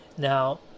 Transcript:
Now